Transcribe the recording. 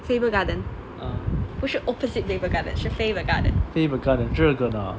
ah faber garden 这个吗